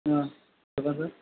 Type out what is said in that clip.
చెప్పండి సార్